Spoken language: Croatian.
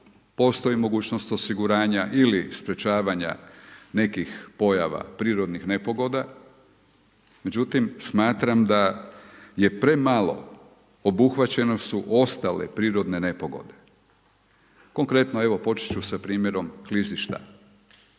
postoji mogućnost osiguranja ili sprječavanja nekih pojava prirodnih nepogoda, međutim, smatram da je premalo, obuhvaćene su ostale prirodne nepogode. Konkretno, evo početi ću sa primjerom klizišta,